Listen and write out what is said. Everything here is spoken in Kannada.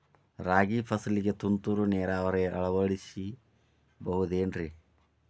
ರಾಗಿ ಫಸಲಿಗೆ ತುಂತುರು ನೇರಾವರಿ ಅಳವಡಿಸಬಹುದೇನ್ರಿ?